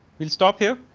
will stop here.